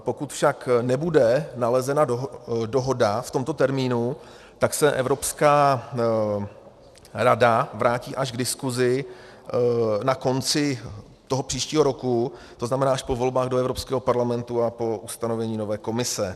Pokud však nebude nalezena dohoda v tomto termínu, tak se Evropská rada vrátí k diskusi až na konci příštího roku, tzn. až po volbách do Evropského parlamentu a po ustanovení nové Komise.